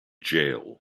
jail